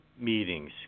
meetings